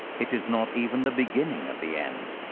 it is not even the beginning of the end.